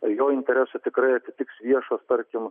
jo interesą tikrai atitiks viešas tarkim